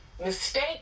Mistake